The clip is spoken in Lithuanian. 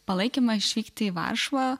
palaikymą išvykti į varšuvą